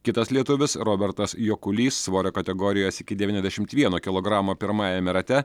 kitas lietuvis robertas jokulys svorio kategorijos iki devyniasdešimt vieno kilogramo pirmajame rate